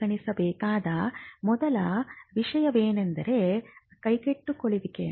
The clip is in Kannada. ಪರಿಗಣಿಸಬೇಕಾದ ಮೊದಲ ವಿಷಯವೆಂದರೆ ಕೈಗೆಟುಕುವಿಕೆ